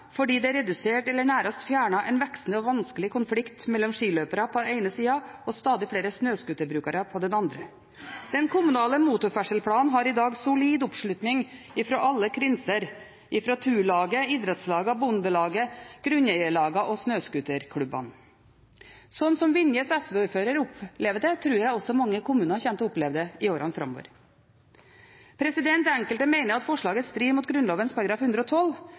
fordi det reduserte eller nærast fjerna ein veksande og svært vanskeleg konflikt mellom skiløyparar på den eine sida og stadig fleire snøskuterbrukarar på den andre.» Og: «Den kommunale motorferdselplanen har i dag solid oppslutning i alle krinsar, frå turlaget , idrettslaga, bondelaget, , grunneigarlaga og snøskuterklubbane.» Slik Vinjes SV-ordfører opplever det, tror jeg også mange kommuner kommer til å oppleve det i åra framover. Enkelte mener at forslaget strider mot Grunnloven § 112,